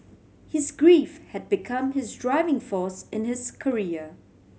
his grief had become his driving force in his career